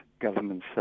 government